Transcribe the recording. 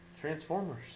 Transformers